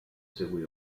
seguì